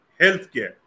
healthcare